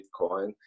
Bitcoin